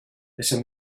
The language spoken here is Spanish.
ese